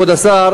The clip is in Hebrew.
כבוד השר,